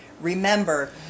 remember